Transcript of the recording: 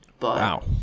Wow